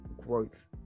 growth